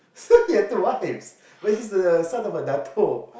he had two wives but he was son of a dato'